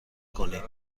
کنید